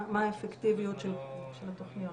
מה האפקטיביוּת של התוכניות.